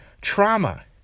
trauma